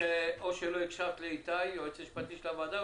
או שלא הקשבת ליועץ המשפטי לוועדה,